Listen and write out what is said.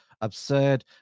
absurd